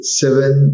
seven